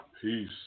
Peace